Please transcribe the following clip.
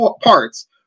parts